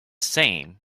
same